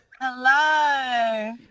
Hello